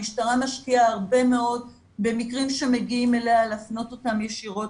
המשטרה משקיעה הרבה מאוד במקרים שמגיעים אליה להפנות אותם ישירות